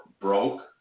broke